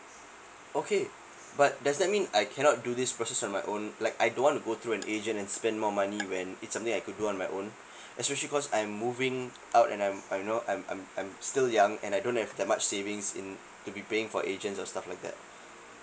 okay but does that mean I cannot do this process on my own like I don't want to go through an agent and spend more money when it's something I could do on my own especially cause I'm moving out and I'm I'm you know I'm I'm I'm still young and I don't have that much savings in to be paying for agent or stuffs like that